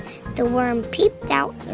the worm peeped out.